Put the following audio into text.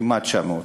כמעט 900 יום,